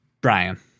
Brian